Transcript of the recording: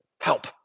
help